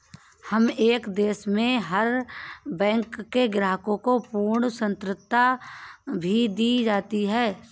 हर एक देश में हर बैंक में ग्राहकों को पूर्ण स्वतन्त्रता भी दी जाती है